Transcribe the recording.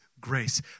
grace